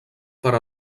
per